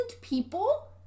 people